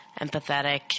empathetic